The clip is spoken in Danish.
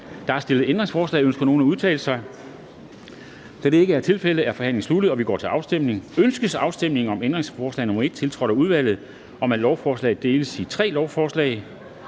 Der er stillet ændringsforslag. Ønsker nogen at udtale sig? Da det ikke er tilfældet, er forhandlingen sluttet, og vi går til afstemning. Kl. 13:06 Afstemning Formanden (Henrik Dam Kristensen): Ønskes afstemning om ændringsforslag nr. 1, tiltrådt af udvalget, om, at lovforslaget deles i tre lovforslag?